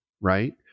right